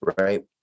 right